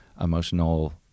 emotional